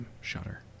Shutter